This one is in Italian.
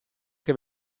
che